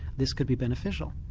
this could be beneficial.